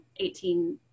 18